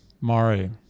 Mari